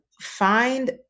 Find